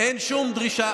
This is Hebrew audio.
אין שום דרישה,